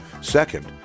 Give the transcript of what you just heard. Second